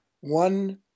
One